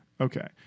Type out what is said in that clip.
Okay